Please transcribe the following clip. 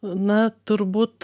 na turbūt